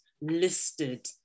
listed